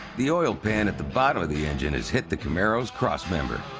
the oil pan at the bottom of the engine has hit the camaro's cross member.